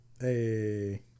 Hey